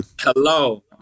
Hello